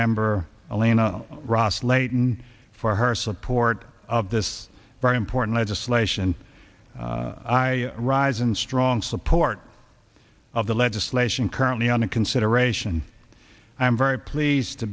member elena ross leighton for her support of this very important legislation and i rise in strong support of the legislation currently under consideration and i'm very pleased to